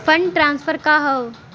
Fund transfer का हव?